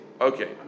Okay